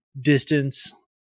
distance